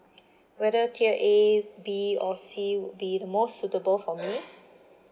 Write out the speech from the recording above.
whether tier A B or C would be the most suitable for me